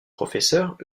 professeurs